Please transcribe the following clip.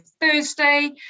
Thursday